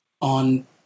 on